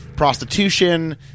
prostitution